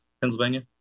Pennsylvania